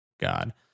God